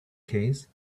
case